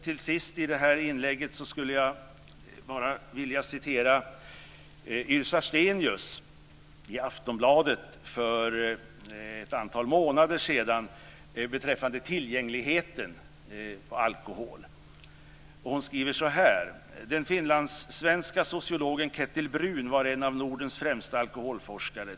Till sist i det här inlägget vill jag citera vad Yrsa Stenius skrev i Aftonbladet för ett antal månader sedan beträffande tillgängligheten på alkohol. Hon skriver så här: "Den finlandssvenska sociologen Kettil Bruun var en av Nordens främsta alkoholforskare.